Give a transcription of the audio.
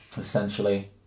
essentially